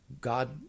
God